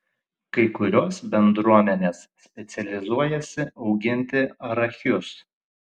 kai kurios bendruomenės specializuojasi auginti arachius